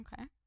Okay